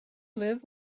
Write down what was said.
live